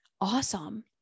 Awesome